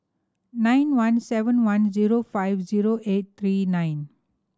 nine one seven one zero five zero eight three nine